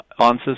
answers